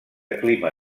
clima